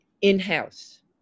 in-house